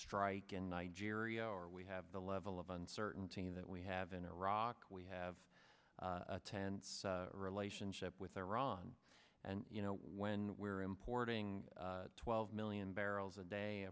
strike in nigeria or we have the level of uncertainty that we have in iraq we have a tense relationship with iran and you know when we're importing twelve million barrels a day